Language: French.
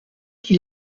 qui